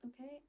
Okay